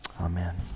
Amen